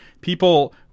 people